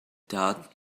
taught